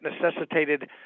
necessitated